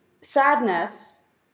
sadness